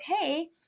hey